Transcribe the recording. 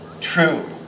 true